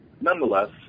nonetheless